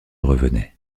revenait